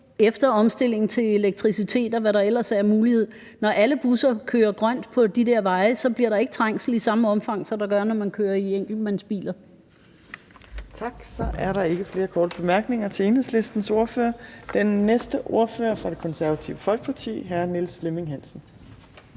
efter omstillingen til elektricitet, og hvad der ellers er af muligheder. Når alle busser kører grønt på de der veje, bliver der ikke trængsel i samme omfang, som der gør, når man kører i enkeltmandsbiler. Kl. 14:13 Fjerde næstformand (Trine Torp): Tak. Så er der ikke flere korte bemærkninger til Enhedslistens ordfører. Den næste ordfører er fra Det Konservative Folkeparti, og det er hr. Niels Flemming Hansen.